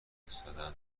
فرستادن